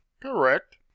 Correct